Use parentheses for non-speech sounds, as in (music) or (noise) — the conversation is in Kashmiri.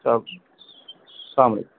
چلو (unintelligible) اَلسلام علیکُم